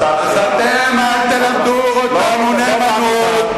אתם אל תלמדו אותנו נאמנות.